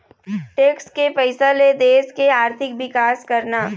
tax के पइसा ले देश के आरथिक बिकास करना